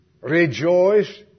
Rejoice